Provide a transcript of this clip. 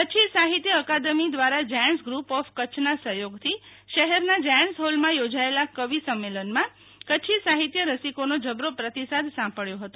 કચ્છી સાહિત્ય અકાદમી દ્વારા giants group of કચ્છના સહયોગથી શહેરના જાયન્ટસ હોલમાં યોજાયેલા કવિ સંમેલન્માં કચ્છી સાહિત્ય રસિકોનો જબરો પ્રતિસાદ સાંપડયો હતો